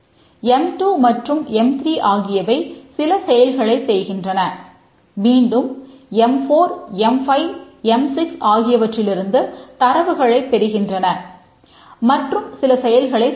M2 மற்றும் M3 ஆகியவை சில செயல்களை செய்கின்றன மீண்டும் எம்4 எம்5 எம்6 ஆகியவற்றிலிருந்து தரவுகளைப் தெரிகின்றன மற்றும் சில செயல்களைச் செய்கின்றன